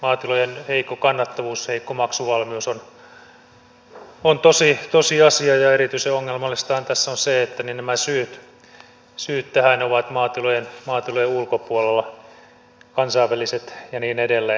maatilojen heikko kannattavuus heikko maksuvalmius on tosiasia ja erityisen ongelmallistahan tässä on se että nämä syyt tähän ovat maatilojen ulkopuolella kansainväliset ja niin edelleen syyt